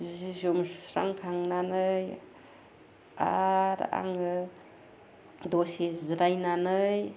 सि जोम सुस्रां खांनानै आरो आङो दसे जिरायनानै